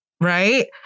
Right